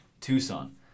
Tucson